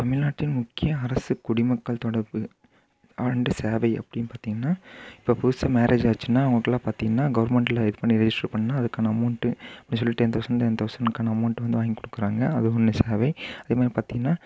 தமிழ்நாட்டின் முக்கிய அரசு குடிமக்கள் தொடர்பு அண்டு சேவை அப்படினு பார்த்தீங்கனா இப்போ புதுசாக மேரேஜு ஆச்சுனால் அவங்களுக்குலாம் பார்த்தீங்கனா கவர்மென்ட்டில் இது பண்ணி ரெஜிஸ்டர் பண்ணினா அதுக்கான அமௌண்டு அப்படின்னு சொல்லிட்டு டென் தவுசன்ட் டென் தவுசன்ட்க்கான அமௌண்டு வந்து வாங்கி கொடுக்குறாங்க அதுவும் ஒன்று சேவை அதே மாதிரி பார்த்தீங்கன்னா